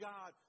God